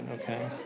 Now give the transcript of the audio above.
okay